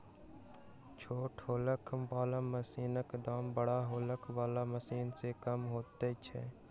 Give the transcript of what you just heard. छोट हौलर बला मशीनक दाम बड़का हौलर बला मशीन सॅ कम होइत छै